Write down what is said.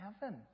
heaven